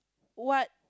what